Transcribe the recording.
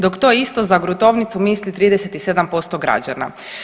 Dok to isto za gruntovnicu misli 37% građana.